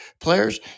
players